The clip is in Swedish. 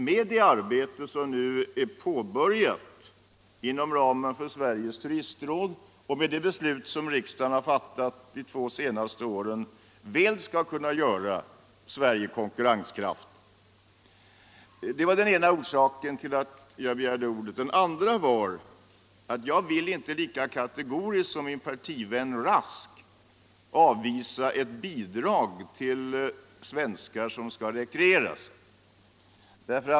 Med det arbete som nu är påbörjat inom ramen för Sveriges turistråd och med de beslut som riksdagen har fattat de två senaste åren tror jag att man väl skall kunna göra Sverige konkurrenskraftigt. Det var den ena orsaken till att jag begärde ordet. Den andra var att jag inte lika kategoriskt som min partivän Rask vill avvisa tanken på ett bidrag till svenskar som skall rekreera sig.